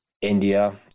India